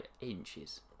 inches